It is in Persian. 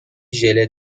ژله